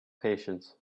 patience